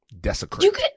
desecrate